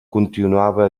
continuava